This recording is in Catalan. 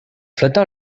flota